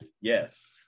Yes